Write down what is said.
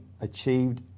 achieved